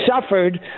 suffered